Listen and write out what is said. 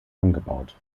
angebaut